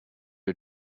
are